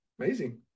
Amazing